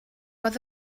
was